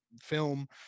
film